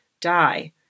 die